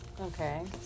Okay